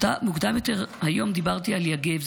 מוקדם יותר היום דיברתי על יגב,